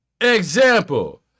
Example